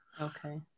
Okay